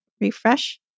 refresh